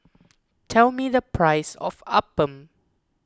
tell me the price of Appam